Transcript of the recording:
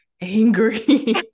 angry